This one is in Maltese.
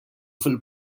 fil